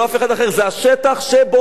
זה השטח שבוער,